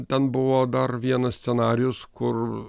ten buvo dar vienas scenarijus kur